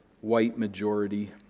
white-majority